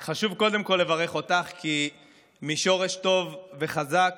קודם כול לברך אותך, כי משורש טוב וחזק